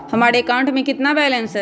हमारे अकाउंट में कितना बैलेंस है?